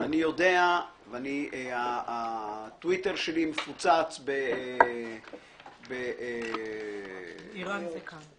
אני יודע והטוויטר שלי מפוצץ ב -- "איראן זה כאן".